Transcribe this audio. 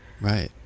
right